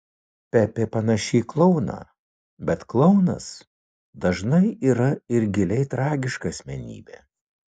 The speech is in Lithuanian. pepė panaši į klouną bet klounas dažnai yra ir giliai tragiška asmenybė